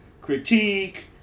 critique